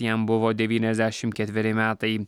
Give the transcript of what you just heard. jam buvo devyniasdešim ketveri metai